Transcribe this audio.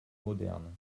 modernes